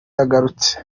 yagarutse